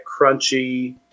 crunchy